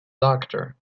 doctor